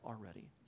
already